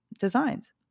designs